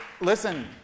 listen